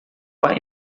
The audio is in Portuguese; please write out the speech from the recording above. pai